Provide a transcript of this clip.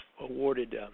awarded